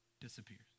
disappears